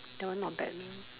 that one not bad